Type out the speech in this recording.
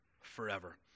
forever